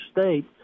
state